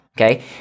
okay